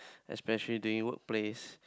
especially during work place